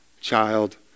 child